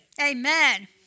Amen